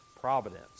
providence